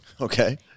okay